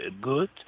good